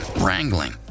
wrangling